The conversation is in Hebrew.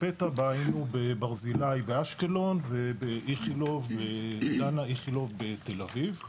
פתע בה היינו בברזילאי באשקלון ובדנה איכילוב בתל אביב.